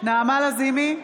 נעמה לזימי,